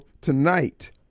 tonight